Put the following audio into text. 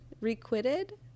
Requited